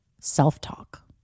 self-talk